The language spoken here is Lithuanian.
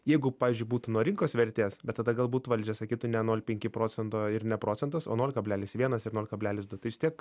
jeigu pavyzdžiui būtų nuo rinkos vertės bet tada galbūt valdžia sakytų ne nol penki procento ir ne procentas o nol kablelis vienas ir nol kablelis du tai vis tiek